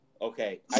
okay